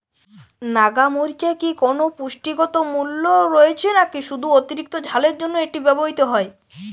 নাগা মরিচে কি কোনো পুষ্টিগত মূল্য রয়েছে নাকি শুধু অতিরিক্ত ঝালের জন্য এটি ব্যবহৃত হয়?